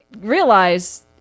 realize